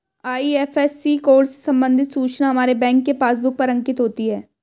IFSC code से संबंधित सूचना हमारे बैंक के पासबुक पर अंकित होती है